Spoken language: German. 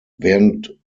während